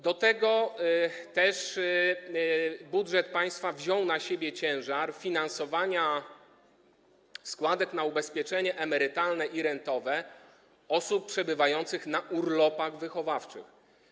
Do tego też budżet państwa wziął na siebie ciężar finansowania składek na ubezpieczenie emerytalne i rentowe osób przebywających na urlopach wychowawczych.